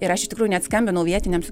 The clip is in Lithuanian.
ir aš iš tikrųjų net skambinau vietiniams